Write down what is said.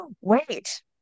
wait